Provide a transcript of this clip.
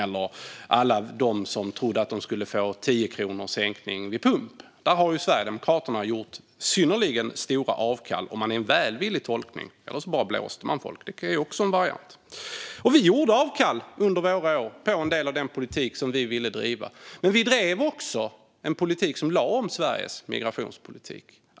Och när det gäller alla som trodde att de skulle få en sänkning med tio kronor vid pump har Sverigedemokraterna verkligen gjort avkall, om man gör en välvillig tolkning. Eller också blåste de bara folk. Det är också en variant. Vi gjorde under våra år avkall på en del av den politik som vi ville driva. Men vi drev också en politik som innebar att vi lade om Sveriges migrationspolitik.